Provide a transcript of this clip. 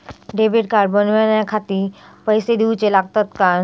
Debit card बनवण्याखाती पैसे दिऊचे लागतात काय?